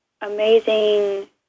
amazing